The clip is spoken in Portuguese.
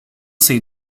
sei